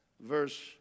verse